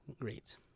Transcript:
Great